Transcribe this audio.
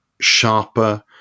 sharper